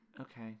okay